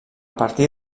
partir